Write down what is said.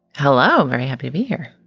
hello. are you happy to be here?